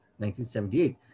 1978